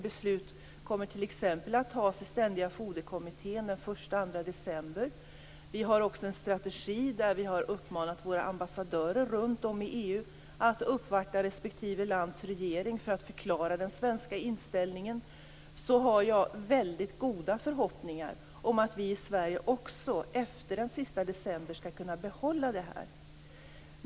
Beslut kommer t.ex. att tas i Vi har en strategi där vi har uppmanat våra ambassadörer runt om i EU att uppvakta respektive lands regering för att förklara den svenska inställningen. Jag har därför väldigt goda förhoppningar om att vi i Sverige också efter den sista december skall kunna behålla det här.